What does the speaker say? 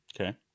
Okay